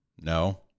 No